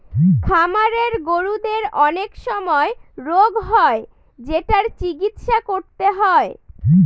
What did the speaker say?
খামারের গরুদের অনেক সময় রোগ হয় যেটার চিকিৎসা করতে হয়